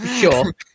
Sure